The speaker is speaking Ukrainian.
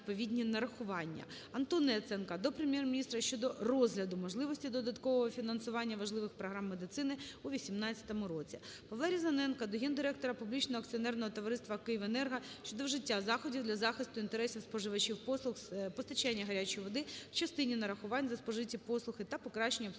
Антона Яценка до Прем'єр-міністра щодо розгляду можливості додаткового фінансування важливих програм медицини у 18-му році. ПавлаРізаненка до гендиректора Публічного акціонерного товариства "Київенерго" щодо вжиття заходів для захисту інтересів споживачів послуг з постачання гарячої води в частині нарахувань за спожиті послуги та покращення обслуговування